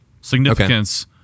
Significance